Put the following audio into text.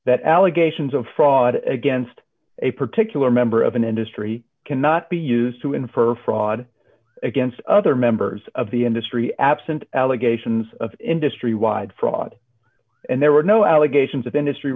that allegations of fraud against a particular member of an industry cannot be used to infer fraud against other members of the industry absent allegations of industry wide fraud and there were no allegations of industry